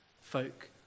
folk